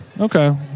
Okay